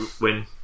win